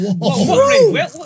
Whoa